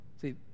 See